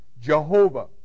jehovah